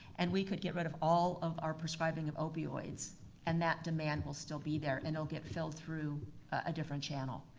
and we could get rid of all of our prescribing of opioids and that demand will still be there, and it'll get filled through a different channel.